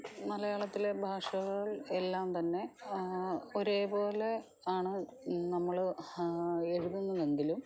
മലയാളത്തിലെ ഭാഷകൾ എല്ലാം തന്നെ ഒരു പോലെ ആണ് നമ്മൾ എഴുതുന്നതെങ്കിലും